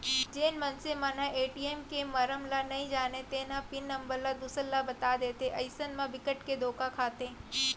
जेन मनसे मन ह ए.टी.एम के मरम ल नइ जानय तेन ह पिन नंबर ल दूसर ल बता देथे अइसन म बिकट के धोखा खाथे